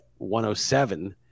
107